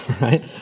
Right